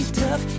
tough